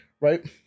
right